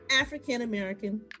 African-American